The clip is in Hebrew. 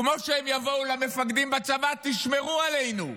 כמו שהם יבואו למפקדים בצבא: "תשמרו עלינו".